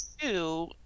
two